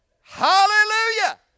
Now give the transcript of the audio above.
Hallelujah